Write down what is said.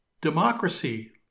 democracy